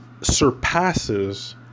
surpasses